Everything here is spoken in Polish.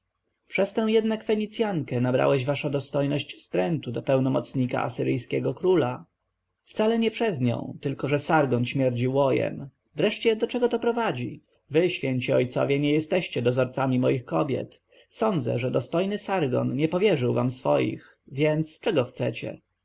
przez tę jednak fenicjankę nabrałeś wasza dostojność wstrętu do pełnomocnika asyryjskiego króla wcale nie przez nią tylko że sargon śmierdzi łojem wreszcie do czego to prowadzi wy święci ojcowie nie jesteście dozorcami moich kobiet sądzę że dostojny sargon nie powierzył wam swoich więc czego chcecie